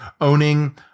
owning